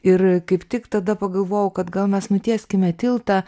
ir kaip tik tada pagalvojau kad gal mes nutieskime tiltą